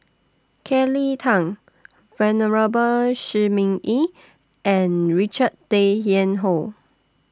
Kelly Tang Venerable Shi Ming Yi and Richard Tay Tian Hoe